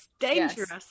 Dangerous